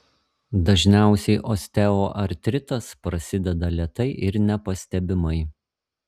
dažniausiai osteoartritas prasideda lėtai ir nepastebimai